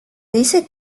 dice